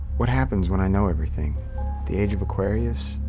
what happens when i know everything the age of aquarius,